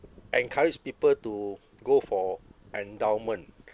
encourage people to go for endowment